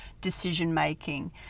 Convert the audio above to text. decision-making